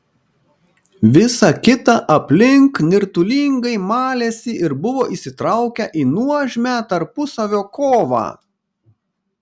visa kita aplink nirtulingai malėsi ir buvo įsitraukę į nuožmią tarpusavio kovą